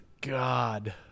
God